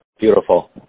Beautiful